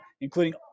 including